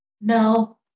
no